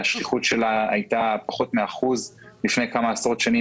שהשכיחות שלה הייתה פחות מ-1% לפני כמה עשרות שנים,